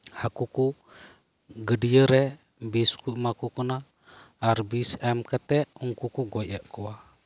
ᱦᱟᱹᱠᱩᱠᱫ ᱜᱟᱹᱚᱭᱟᱹ ᱨᱮ ᱵᱤᱥ ᱠᱚ ᱮᱢᱟ ᱠᱩ ᱠᱟᱱᱟ ᱟᱨ ᱵᱤᱥ ᱮᱢ ᱠᱟᱛᱮᱫ ᱩᱱᱠᱩ ᱠᱚ ᱜᱚᱡ ᱮᱫ ᱠᱚᱣᱟ